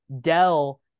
Dell